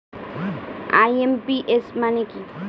IMPS মানে কি?